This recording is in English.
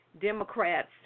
Democrats